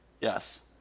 Yes